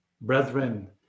Brethren